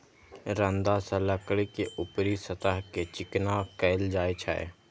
रंदा सं लकड़ी के ऊपरी सतह कें चिकना कैल जाइ छै